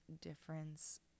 difference